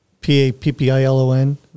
P-A-P-P-I-L-O-N